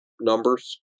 numbers